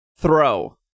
throw